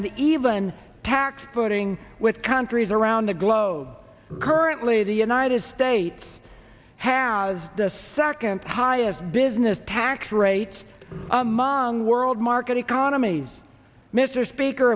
an even tax voting with countries around the globe currently the united states has the second highest business tax rates among world market economies mr speaker